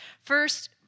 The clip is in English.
first